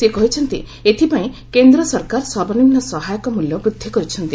ସେ କହିଛନ୍ତି ଏଥିପାଇଁ କେନ୍ଦ୍ର ସରକାର ସର୍ବନିମ୍ନ ସହାୟକ ମୂଲ୍ର ବୃଦ୍ଧି କରିଛନ୍ତି